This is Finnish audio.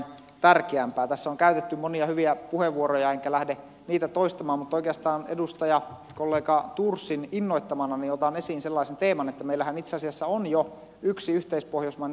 tässä on käytetty monia hyvin puheenvuoroja enkä lähde niitä toistamaan mutta oikeastaan edustajakollega thorsin innoittamana otan esiin sellaisen teeman että meillähän itse asiassa on jo yksi yhteispohjoismainen uutislähetys